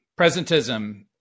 Presentism